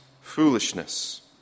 foolishness